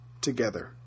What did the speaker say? together